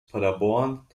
paderborn